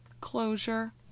Closure